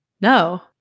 no